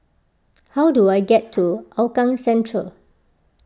how do I get to Hougang Central